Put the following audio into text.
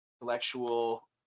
intellectual